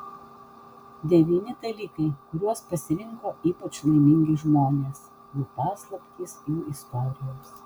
devyni dalykai kuriuos pasirinko ypač laimingi žmonės jų paslaptys jų istorijos